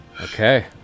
Okay